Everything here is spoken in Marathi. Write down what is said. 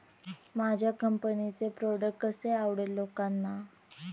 माझ्या कंपनीचे प्रॉडक्ट कसे आवडेल लोकांना?